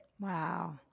Wow